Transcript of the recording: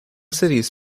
cities